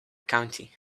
county